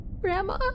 Grandma